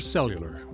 Cellular